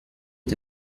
est